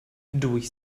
durch